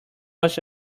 must